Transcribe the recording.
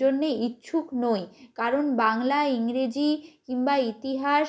জন্য ইচ্ছুক নই কারণ বাংলা ইংরেজি কিংবা ইতিহাস